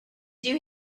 you